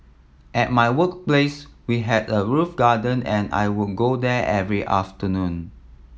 at my workplace we had a roof garden and I would go there every afternoon